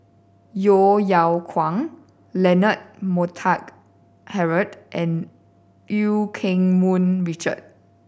Yeo Yeow Kwang Leonard Montague Harrod and Eu Keng Mun Richard